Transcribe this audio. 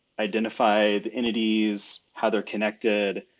identify the entities, how they're connected.